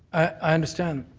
i understand.